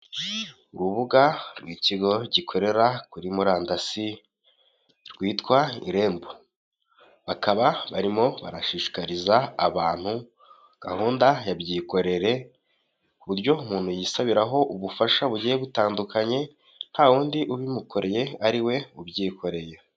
Urubuga rw'ikigo gikorera kuri murandasi, rwitwa irembo. Bakaba barimo barashishikariza abantu gahunda yabyikorere, ku buryo umuntu yisabiraho ubufasha bugiye butandukanye nta wundi ubimukoreye, ari we ubyikoreye.